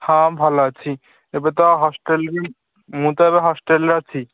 ହଁ ଭଲ ଅଛି ଏବେ ତ ହଷ୍ଟେଲ୍ ବି ମୁଁ ତ ଏବେ ହଷ୍ଟେଲ୍ରେ ଅଛି